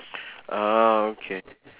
oh okay